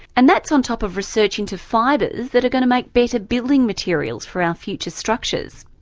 and that's on top of research into fibres that are going to make better building materials for our future structures.